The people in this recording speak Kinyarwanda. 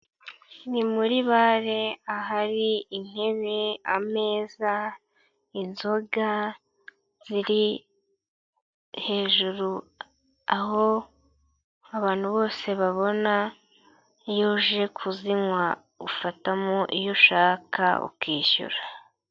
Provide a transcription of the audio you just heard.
Ni muribare ahari intebe, ameza, inzoga, ziri hejuru aho abantu bose babona. Iyo uje kuzinywa ufatamo iyo ushaka, ukishyura.